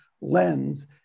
lens